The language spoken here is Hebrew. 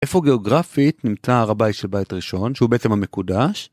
איפה גיאוגרפית נמצא הר הבית של בית ראשון, שהוא בעצם המקודש?